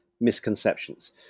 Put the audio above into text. misconceptions